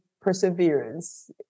perseverance